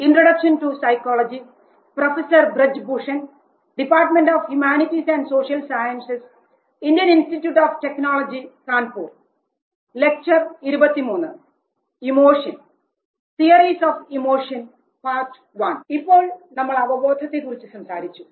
ഇപ്പോൾ നമ്മൾ അവബോധത്തെ കുറിച്ച് സംസാരിച്ചു